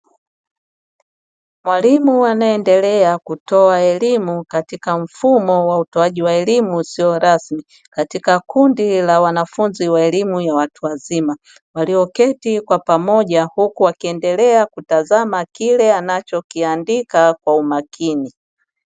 Mwalimu anayeendelea kutoa elimu katika mfumo wa utoaji wa elimu isiyorasmi katika kundi la wanafunzi wa elimu ya watu wazima walioketi kwa pamoja huku wakiendelea kutazama kile anacho kiandika kwa umakini.